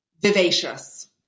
Vivacious